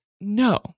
no